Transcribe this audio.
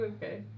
Okay